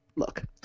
look